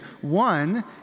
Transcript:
One